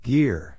Gear